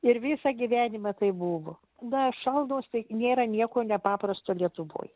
ir visą gyvenimą taip buvo na šaltos tai nėra nieko nepaprasto lietuvoj